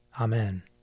Amen